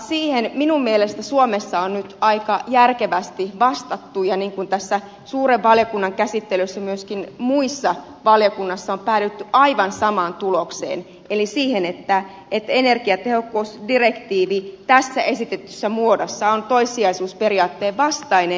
siihen minun mielestäni suomessa on nyt aika järkevästi vastattu ja niin kuin suuren valiokunnan käsittelyssä myöskin muissa valiokunnissa on päädytty aivan samaan tulokseen eli siihen että energiatehokkuusdirektiivi tässä esitetyssä muodossa on toissijaisuusperiaatteen vastainen